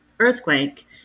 earthquake